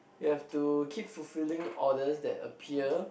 you have to keep fulfilling order that appear